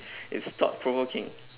it's thought provoking